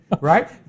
right